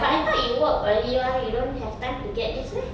but I thought you work early [one] you don't have time to get this meh